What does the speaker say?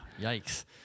Yikes